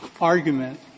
Argument